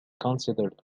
considered